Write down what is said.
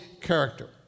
character